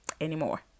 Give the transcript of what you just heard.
anymore